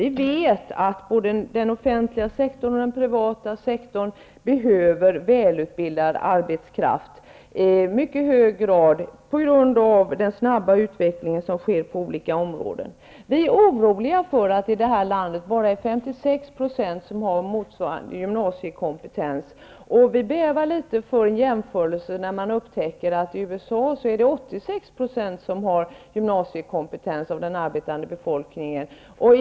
Vi vet att både den offentliga sektorn och den privata behöver välutbildad arbetskraft i mycket hög grad på grund av den snabba utveckling som sker på olika områden. Vi är oroliga för att det bara är 56 % i landet som har gymnasiekompetens eller motsvarande. Vi bävar litet för en jämförelse, som visar att det i USA är 86 % av den arbetande befolkningen som har gymnasiekompetens.